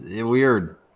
weird